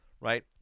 right